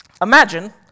Imagine